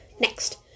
next